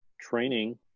Training